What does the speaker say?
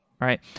right